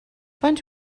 faint